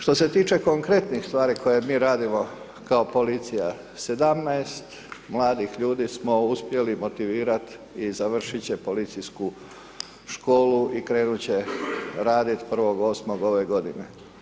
Što se tiče konkretnih stvari koje mi radimo kao policija, 17 mladih ljudi smo uspjeli motivirati i završit će Policijsku školu i krenut će radit 1.8. ove godine.